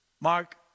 Mark